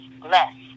bless